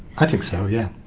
i think so, yeah.